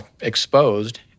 exposed